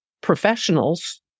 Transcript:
professionals